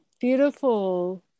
beautiful